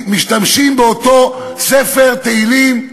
משתמשים באותו ספר תהילים,